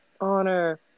Honor